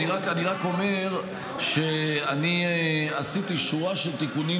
אני רק אומר שאני עשיתי שורה של תיקונים